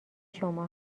شما